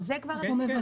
חשבתי שכבר התקדמנו.